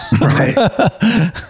Right